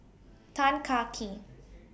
Tan Kah Kee